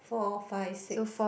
four five six